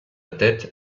tête